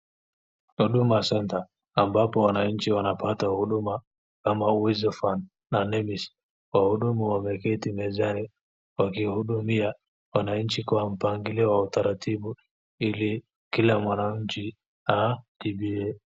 Huduma Centre ambapo wananchi wanapata huduma kama uwezo fund na NEMIS. Wahudumu wameketi mezani wakihudumia wananchi kwa mpangilio wa utaratibu ili kila mwananchi atibiwe.